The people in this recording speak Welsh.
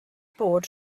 bod